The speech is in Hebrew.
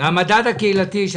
והמדד הקהילתי.